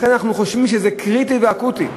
לכן, אנחנו חושבים שזה קריטי ואקוטי.